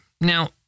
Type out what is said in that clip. Now